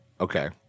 Okay